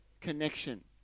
connection